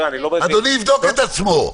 אדוני יבדוק את עצמו.